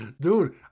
dude